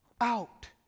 out